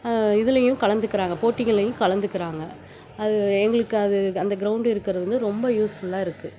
இதுலையும் கலந்துக்கிறாங்க போட்டிகள்லையும் கலந்துக்கிறாங்க அது எங்களுக்கு அது அந்த கிரௌண்டு இருக்கிறது வந்து ரொம்ப யூஸ்ஃபுல்லாக இருக்குது